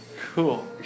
Cool